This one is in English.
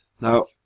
Now